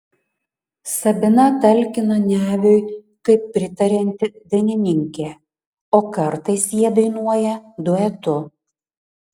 sabina talkina neviui kaip pritarianti dainininkė o kartais jie dainuoja duetu